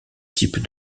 type